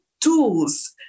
tools